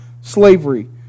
slavery